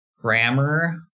Grammar